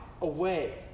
away